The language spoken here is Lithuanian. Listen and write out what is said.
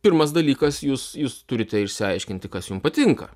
pirmas dalykas jūs jūs turite išsiaiškinti kas jum patinka